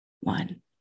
one